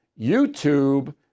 YouTube